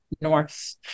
north